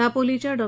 दापोलीच्या डॉ